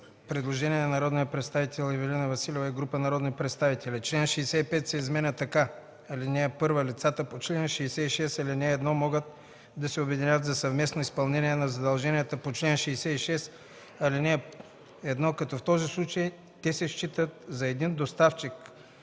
предложение на народния представител Ивелина Василева и група народни представители: „Чл. 65 се изменя така: „Чл. 65. (1) Лицата по чл. 66, ал. 1 могат да се обединят за съвместно изпълнение на задълженията по чл. 66, ал. 1, като в този случай те се считат за един доставчик.